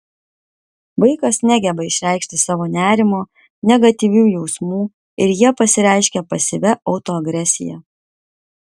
vaikas negeba išreikšti savo nerimo negatyvių jausmų ir jie pasireiškia pasyvia autoagresija